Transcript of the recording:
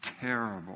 terrible